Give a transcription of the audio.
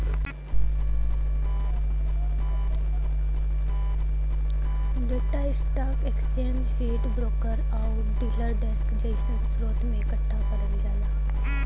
data stock exchange feed, broker आउर dealer desk जइसन स्रोत से एकठ्ठा करल जाला